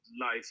life